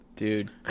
Dude